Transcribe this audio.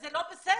זה לא בסדר.